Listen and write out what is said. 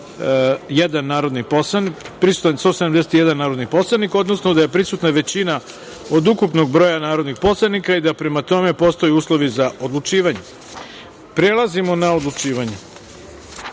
u ovom trenutku, 171 narodni poslanik, odnosno da je prisutna većina od ukupnog broja narodnih poslanika i da prema tome postoje uslovi za odlučivanje. Prelazimo na odlučivanje. Pošto